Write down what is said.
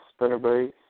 spinnerbait